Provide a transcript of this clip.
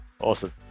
Awesome